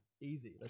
Easy